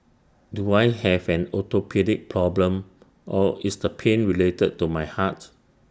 do I have an orthopaedic problem or is the pain related to my heart